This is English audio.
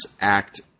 act